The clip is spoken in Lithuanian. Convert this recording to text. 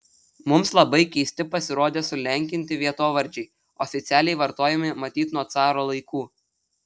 mums labai keisti pasirodė sulenkinti vietovardžiai oficialiai vartojami matyt nuo caro laikų